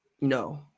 No